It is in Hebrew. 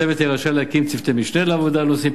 הצוות יהיה רשאי להקים צוותי משנה לעבודה על נושאים